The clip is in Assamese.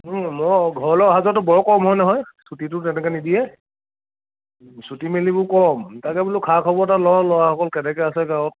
মই ঘৰলৈ অহা যোৱাতো বৰ কম হয় নহয় ছুটীটো তেনেকৈ নিদিয়ে ছুটী মেলিবোৰ কম তাকে বোলো খা খবৰ এটা লওঁ ল'ৰাসকল কেনেকৈ আছে গাঁৱত